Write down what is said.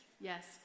Yes